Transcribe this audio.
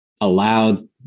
allowed